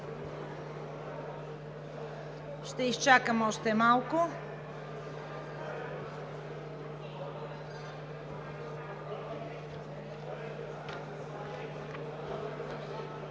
Ще изчакам още малко.